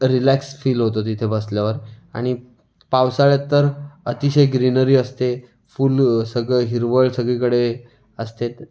relax feel होतं तिथे बसल्यावर आणि पावसाळ्यात तर अतिशय ग्रीनरी असते फुलं सगळं हिरवळ सगळीकडे असते